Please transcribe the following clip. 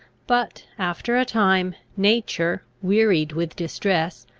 but, after a time, nature, wearied with distress,